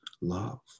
love